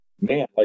man